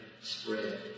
spread